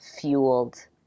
fueled